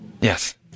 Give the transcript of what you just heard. Yes